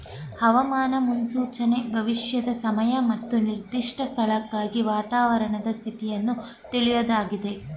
ಹವಾಮಾನ ಮುನ್ಸೂಚನೆ ಭವಿಷ್ಯದ ಸಮಯ ಮತ್ತು ನಿರ್ದಿಷ್ಟ ಸ್ಥಳಕ್ಕಾಗಿ ವಾತಾವರಣದ ಸ್ಥಿತಿನ ತಿಳ್ಯೋದಾಗಿದೆ